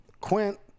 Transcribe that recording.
Quint